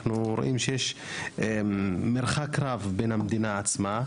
אנחנו רואים שיש פער רב בין המדינה עצמה,